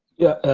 yeah,